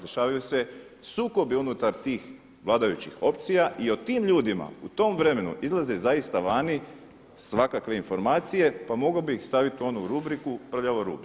Dešavaju se sukobi unutar tih vladajućih opcija i o tim ljudima, u tom vremenu izlaze zaista vani svakakve informacije pa mogao bi ih staviti u onu rubriku prljavo rublje.